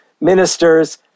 ministers